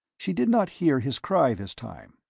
she did not hear his cry this time.